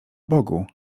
bogu